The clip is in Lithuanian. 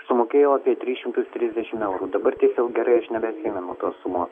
sumokėjau apie tris šimtus trisdešimt eurų dabar tiesiog gerai aš nebeatsimenu tos sumos